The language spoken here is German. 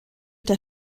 der